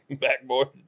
backboard